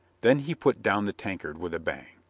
then he put down the tankard with a bang.